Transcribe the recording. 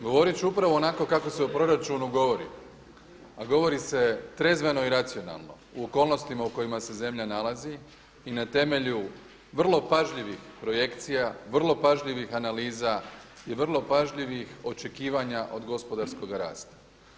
Govoriti ću upravo onako kako se o proračunu govori a govori se trezveno i racionalno u okolnostima u kojima se zemlja nalazi i na temelju vrlo pažljivih projekcija, vrlo pažljivih analiza i vrlo pažljivih očekivanja od gospodarskoga rasta.